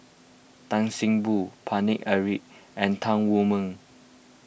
Tan See Boo Paine Eric and Tan Wu Meng